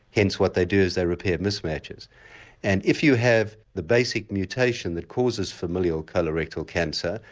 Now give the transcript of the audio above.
hence what they do is they repair mismatches and if you have the basic mutation that causes familial colorectal cancer,